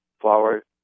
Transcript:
flower